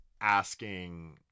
asking